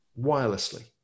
wirelessly